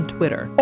Twitter